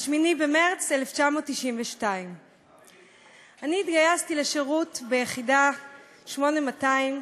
ב-8 במרס 1992. אני התגייסתי לשירות ביחידה 8200,